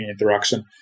interaction